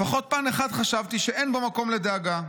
לפחות פן אחד חשבתי שאין בו מקום לדאגה,